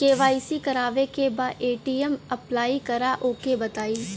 KYC करावे के बा ए.टी.एम अप्लाई करा ओके बताई?